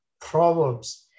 Proverbs